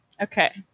Okay